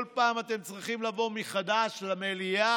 כל פעם אתם צריכים לבוא מחדש למליאה